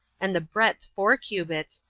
and the breadth four cubits,